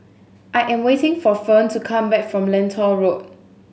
I am waiting for Ferne to come back from Lentor Road